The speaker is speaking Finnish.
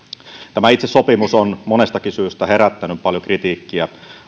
tämä itse sopimus on monestakin syystä herättänyt paljon kritiikkiä